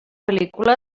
pel·lícula